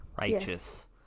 Righteous